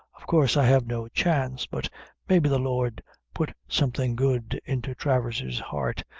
of course i have no chance, but maybe the lord put something good into travers's heart,